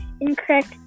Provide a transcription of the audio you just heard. incorrect